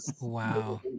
Wow